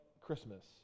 Christmas